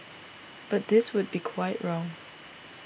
but this would be quite wrong